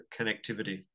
connectivity